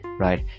Right